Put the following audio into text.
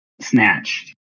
snatched